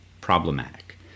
problematic